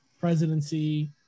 presidency